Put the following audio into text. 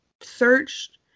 searched